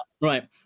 Right